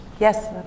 Yes